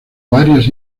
varias